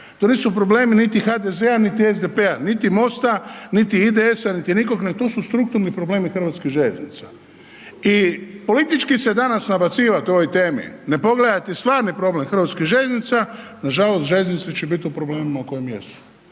to nisu problemi niti HDZ-a, niti SDP-a, niti MOST-a, niti IDS-a, niti nikog, to su strukturni problemi HŽ-a i politički se danas nabacivat o ovoj temi, ne pogledati stvarni problem HŽ-a, nažalost, HŽ će biti u problemima u kojima jesu,